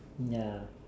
ya